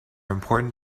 important